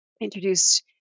introduced